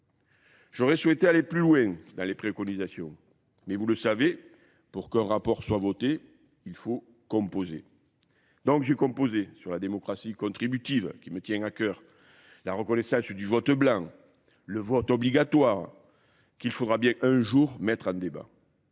J'aurais souhaité aller plus loin dans les préconisations, mais vous le savez, pour qu'un rapport soit voté, il faut composer. Donc j'ai composé sur la démocratie contributive qui me tient à cœur, la reconnaissance du vote blanc, le vote obligatoire, qu'il faudra bien un jour mettre en débat.